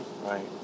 Right